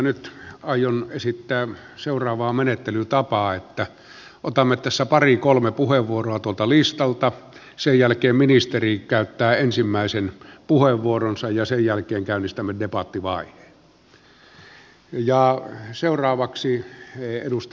nyt aion esittää seuraavaa menettelytapaa että otamme tässä pari kolme puheenvuoroa tuolta listalta sen jälkeen ministeri käyttää ensimmäisen puheenvuoronsa ja sen jälkeen käynnistämme debattivaiheen